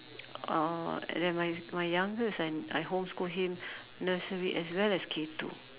uh and then my my youngest I I homeschool him nursery as well as K two